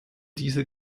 dieser